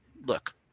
look